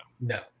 No